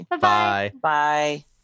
Bye-bye